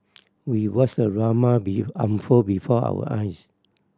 we watched the drama be unfold before our eyes